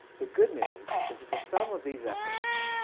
the good news is that the sum of these efforts,